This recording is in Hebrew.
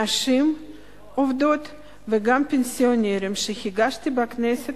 נשים עובדות וגם פנסיונרים שהגשתי בכנסת